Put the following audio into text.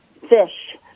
fish